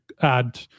add